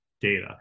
data